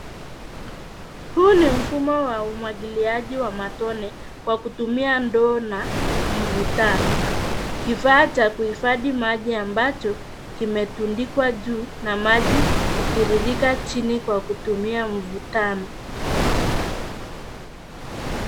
Huu ni mfumo wa umwagiliaji wa matone kwa kutumia ndoo na mvutano. Kifaa cha kuhifadhi maji ambacho kimetundikwa juu na maji hutiririka chini kwa kutumia mvutano.